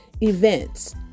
events